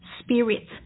spirit